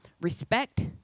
respect